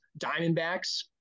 Diamondbacks